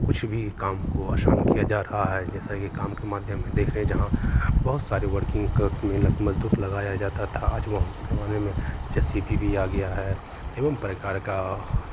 कुछ भी काम को आसान किया जा रहा है जैसे कि काम के माध्यम में देख रहे हैं जहां बहुत सारी वर्किंग में मज़दूर लगाया जाता था आज के जमाने में जे सी बी भी आ गया है एवं प्रकार का